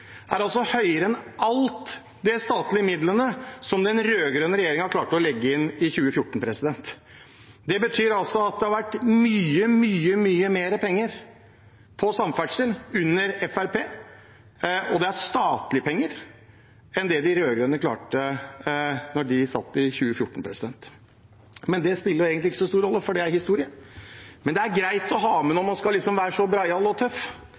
høyere enn alle de statlige midlene som den rød-grønne regjeringen klarte å legge inn i 2014. Det betyr altså at det har vært mye mer penger til samferdsel under Fremskrittspartiet – og det er statlige penger – enn det de rød-grønne klarte da de satt i 2014. Det spiller jo egentlig ikke så stor rolle, for det er historie. Men det er greit å ha med når man skal være så breial og tøff